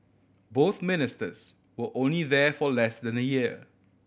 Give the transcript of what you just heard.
both Ministers were only there for less than a year